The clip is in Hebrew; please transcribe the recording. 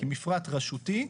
כמפרט רשותי,